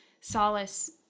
solace